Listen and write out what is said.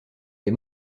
les